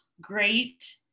great